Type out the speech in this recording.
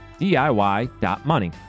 DIY.money